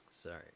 Sorry